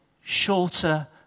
shorter